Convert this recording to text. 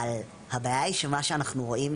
אבל הבעיה היא שמה שאנחנו רואים,